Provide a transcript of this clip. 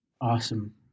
Awesome